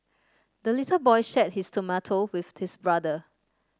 the little boy shared his tomato with his brother